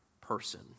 person